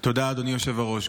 תודה, אדוני היושב-ראש.